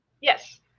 Yes